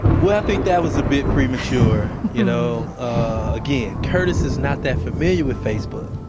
well, i think that was a bit premature. you know again, curtis is not that familiar with facebook.